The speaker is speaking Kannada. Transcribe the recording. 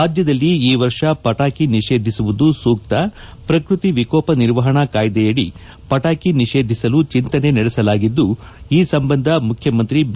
ರಾಜ್ಯದಲ್ಲಿ ಈ ವರ್ಷ ಪಟಾಕಿ ನಿಷೇಧಿಸುವುದು ಸೂಕ್ತ ಪ್ರಕೃತಿ ವಿಕೋಪ ನಿರ್ವಹಣಾ ಕಾಯ್ದೆ ಅದಿ ಪಟಾಕಿ ನಿಷೇಧಿಸಲು ಚಿಂತನೆ ನಡೆಸಲಾಗಿದ್ದು ಈ ಸಂಬಂಧ ಮುಖ್ಯಮಂತ್ರಿ ಬಿ